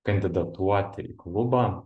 kandidatuoti į klubą